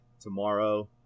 tomorrow